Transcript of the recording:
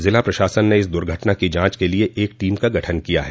जिला प्रशासन ने इस दुघटना की जांच के लिए एक टीम का गठन किया है